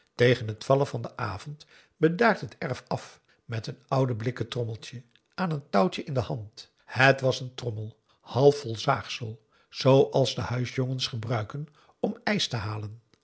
tegen het vallen van den avond bedaard het erf af met een oud blikken trommeltje aan een touwtje in de hand het was een trommel half vol zaagsel zooals de huisjongens gebruiken om ijs te halen